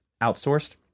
outsourced